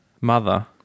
mother